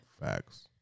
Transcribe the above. facts